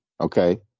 Okay